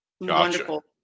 wonderful